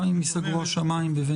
גם אם ייסגרו השמיים?